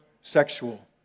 sexual